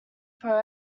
pro